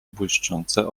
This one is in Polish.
błyszczące